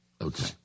Okay